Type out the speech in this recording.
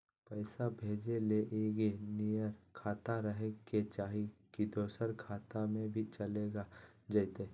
पैसा भेजे ले एके नियर खाता रहे के चाही की दोसर खाता में भी चलेगा जयते?